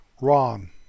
Ron